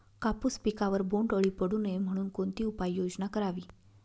कापूस पिकावर बोंडअळी पडू नये म्हणून कोणती उपाययोजना करावी?